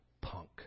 punk